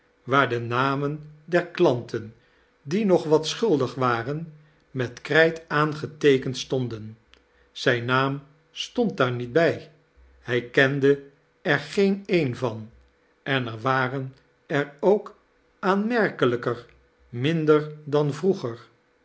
waar de namen der klanten die nog wat schuldig waren met krijt aangeteekend stonden zijn naam stand daar niet bij hij kesnde er geen een van en er waren er ook aanmerkelijker miaider dan vroeger